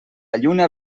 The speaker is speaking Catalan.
lluna